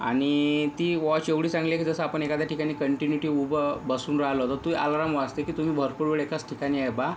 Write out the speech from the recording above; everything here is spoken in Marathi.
आणि ती वॉच एवढी चांगली आहे की जसं आपण एखाद्या ठिकाणी कंटिन्यूटी उभं बसून राहिलो तर तू आलाराम वाजते की तुम्ही भरपूर वेळ एकाच ठिकाणी आहे बा